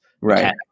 Right